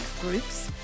groups